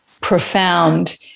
profound